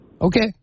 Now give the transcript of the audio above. Okay